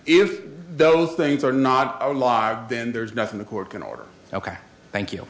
if those things are not alive then there's nothing the court can order ok thank you